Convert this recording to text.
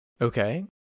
okay